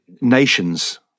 nations